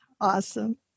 Awesome